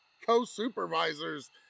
co-supervisors